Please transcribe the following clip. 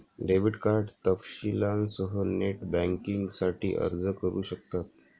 debit card तपशीलांसह net बँकिंगसाठी अर्ज करू शकतात